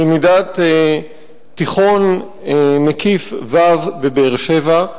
תלמידת תיכון מקיף ו' בבאר-שבע.